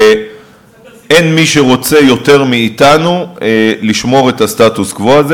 ואין מי שרוצה יותר מאתנו לשמור את הסטטוס-קוו הזה.